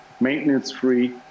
maintenance-free